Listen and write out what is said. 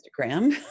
Instagram